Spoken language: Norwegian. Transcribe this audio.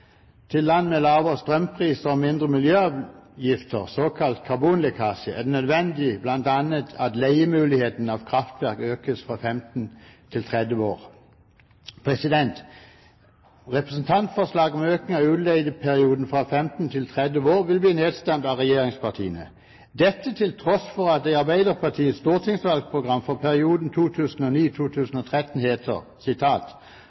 til land med lavere strømpriser og mindre miljøavgifter, såkalt karbonlekkasje, er det nødvendig at bl.a. leiemulighetene av kraftverk økes fra 15 til 30 år. Representantforslaget om økning av utleieperioden fra 15 til 30 år vil bli nedstemt av regjeringspartiene – dette til tross for at det i Arbeiderpartiets stortingsvalgprogram for perioden